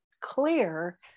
clear